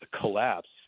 collapse